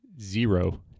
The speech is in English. zero